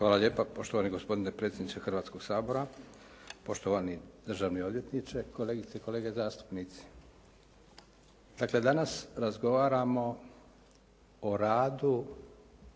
Hvala lijepo poštovani gospodine predsjedniče Hrvatskog sabora, poštovani državni odvjetniče, kolegice i kolege zastupnici. Dakle, danas razgovaramo o radu